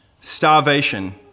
starvation